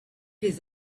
his